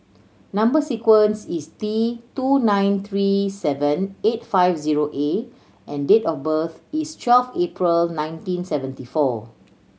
number sequence is T two nine three seven eight five zero A and date of birth is twelve April nineteen seventy four